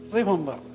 Remember